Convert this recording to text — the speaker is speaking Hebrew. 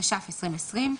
התש"פ-2020,